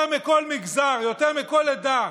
יותר מכל מגזר, יותר מכל עדה,